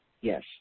Yes